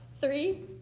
Three